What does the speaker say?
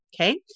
Okay